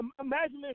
imagine